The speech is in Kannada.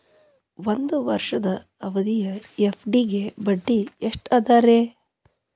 ಒಂದ್ ವರ್ಷದ ಅವಧಿಯ ಎಫ್.ಡಿ ಗೆ ಬಡ್ಡಿ ಎಷ್ಟ ಅದ ರೇ?